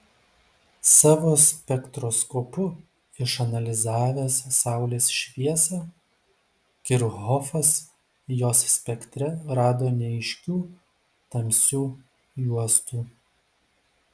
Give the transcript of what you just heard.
savo spektroskopu išanalizavęs saulės šviesą kirchhofas jos spektre rado neaiškių tamsių juostų